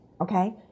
Okay